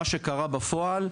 מה שקרה בפועל,